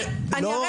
אני לא טועה.